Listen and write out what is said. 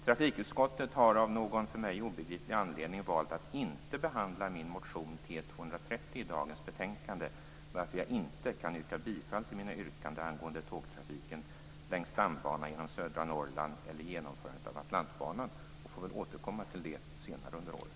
Trafikutskottet har av någon för mig obegriplig anledning valt att inte behandla min motion T230 i dagens betänkande, varför jag inte kan yrka bifall till mina yrkanden angående tågtrafiken längs stambanan genom södra Norrland eller genomförandet av Atlantbanan. Jag får återkomma till det senare under året.